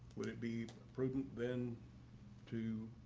would it be prudent then to